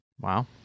Wow